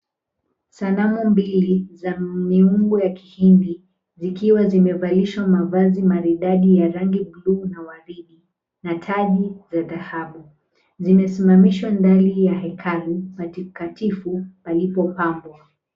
Sanamu mbili miungu ya Kihindi, zikiwa zimevalishwa mavazi maridadi ya rangi buluu na waridi na taji za dhahabu, zimesimamishwa ndani ya hekalu patakakatifu palipopambwa.